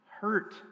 hurt